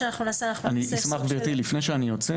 שר החקלאות ופיתוח הכפר עודד פורר: לפני שאני יוצא,